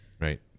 Right